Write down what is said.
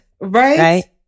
Right